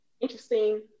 interesting